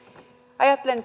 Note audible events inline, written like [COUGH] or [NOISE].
ajattelen [UNINTELLIGIBLE]